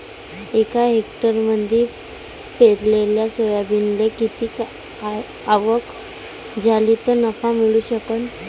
एका हेक्टरमंदी पेरलेल्या सोयाबीनले किती आवक झाली तं नफा मिळू शकन?